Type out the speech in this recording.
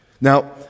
Now